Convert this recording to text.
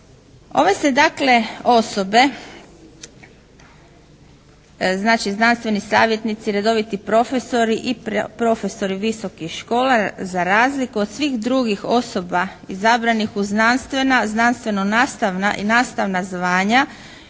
Ove se dakle osobe, znači znanstveni savjetnici, redoviti profesori i profesori visokih škola za razliku od svih drugih osoba izabranih u znanstvena, znanstveno-nastavna i nastavna zvanja